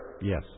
Yes